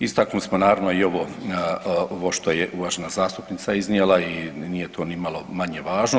Istaknuli smo naravno i ovo, ovo što je uvažena zastupnica iznijela i nije to nimalo manje važno.